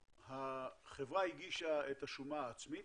החברה הגישה את השומה העצמית,